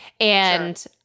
and-